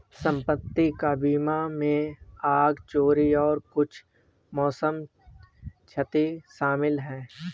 संपत्ति का बीमा में आग, चोरी और कुछ मौसम क्षति शामिल है